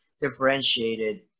differentiated